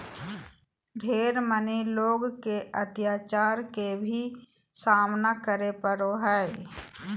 ढेर मनी लोग के अत्याचार के भी सामना करे पड़ो हय